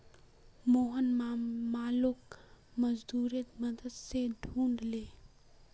मोहन मालोक मजदूरेर मदद स ढूला ले